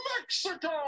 Mexico